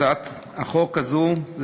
הצעת החוק הזאת,